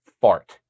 Fart